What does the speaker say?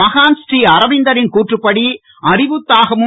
மகான் ஸ்ரீ அரவிந்தரின் கூற்றுப்படி அறிவுத்தாகமும்